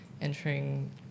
entering